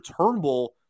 Turnbull